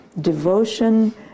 devotion